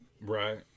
Right